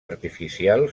artificial